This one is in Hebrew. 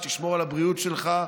שתשמור על הבריאות שלך,